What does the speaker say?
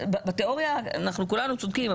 בתיאוריה אנחנו כולנו צודקים,